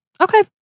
Okay